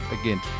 Again